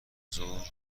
ظهر